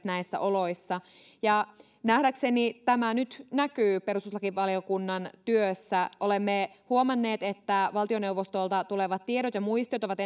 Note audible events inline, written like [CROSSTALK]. [UNINTELLIGIBLE] näissä oloissa nähdäkseni tämä nyt näkyy perustuslakivaliokunnan työssä olemme huomanneet että valtioneuvostolta tulevat tiedot ja muistiot ovat [UNINTELLIGIBLE]